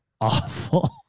awful